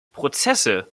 prozesse